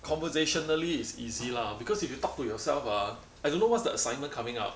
conversationally is easy lah because if you talk to yourself ah I don't know what's the assignment coming up